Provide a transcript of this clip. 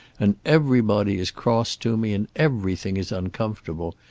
and everybody is cross to me, and everything is uncomfortable.